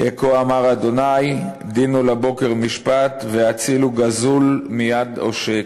"כה אמר ה' דינו לבקר משפט והצילו גזול מיד עושק".